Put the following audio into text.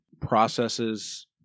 Processes